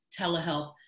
telehealth